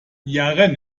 yaren